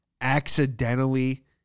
accidentally